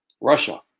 Russia